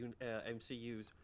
MCU's